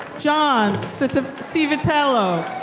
john sort of so civitello.